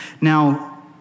now